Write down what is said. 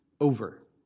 over